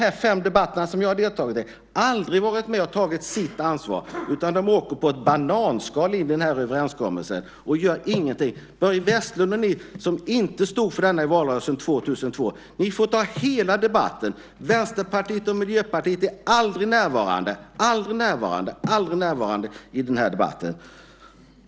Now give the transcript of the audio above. I de fem debatter som jag deltagit har de aldrig varit med och tagit sitt ansvar, utan de åker med på ett bananskal när det gäller den här överenskommelsen och gör ingenting. Börje Vestlund och ni andra som inte stod för detta i valrörelsen 2002 får ta hela debatten. Vänsterpartiet och Miljöpartiet är aldrig närvarande i den.